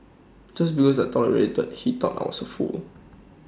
just because I tolerated that he thought I was A fool